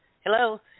Hello